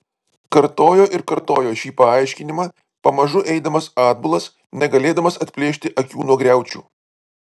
kartojo ir kartojo šį paaiškinimą pamažu eidamas atbulas negalėdamas atplėšti akių nuo griaučių